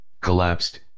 collapsed